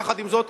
יחד עם זאת,